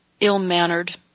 ill-mannered